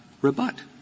rebut